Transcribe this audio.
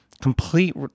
complete